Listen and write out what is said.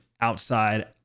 outside